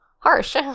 Harsh